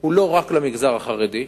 אינו שייך רק למגזר החרדי.